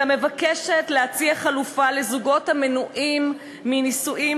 אלא מבקשת להציע חלופה לזוגות המנועים מנישואים